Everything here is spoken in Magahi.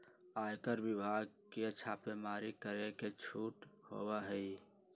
आयकर विभाग के छापेमारी करे के छूट होबा हई